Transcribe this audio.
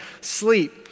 sleep